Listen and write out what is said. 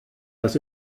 das